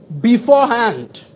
beforehand